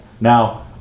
Now